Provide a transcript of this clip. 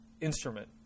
instrument